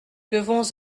devons